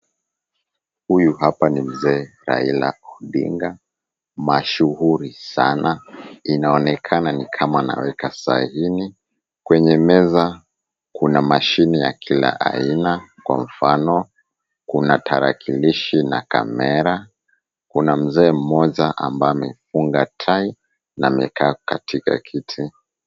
Huyu hapa ni mzee Raila Odinga mashuhuri sana. Inaonekana ni kama anaweka saini. Kwenye meza kuna mashine ya kila aina. Kwa mfano, kuna tarakilishi na kamera. Kuna mzee mmoja ambaye amefunga tai na amekaa katika kiti.